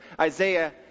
Isaiah